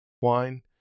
wine